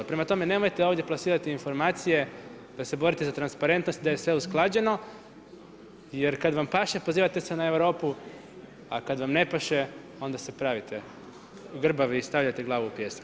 Prema tome, nemojte ovdje plasirati informacije da se borite za transparentnost i da je sve usklađeno jer kada vam paše pozivate se na Europu, a kada vam ne paše onda se pravite grbavi i stavljate glavu u pijesak.